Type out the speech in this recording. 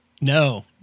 No